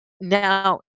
now